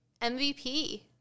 MVP